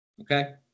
Okay